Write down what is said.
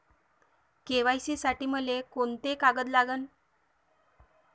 KYC साठी मले कोंते कागद लागन?